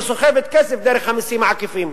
וסוחבת כסף דרך המסים העקיפים,